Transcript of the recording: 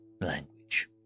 language